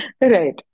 right